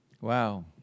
Wow